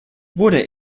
wurde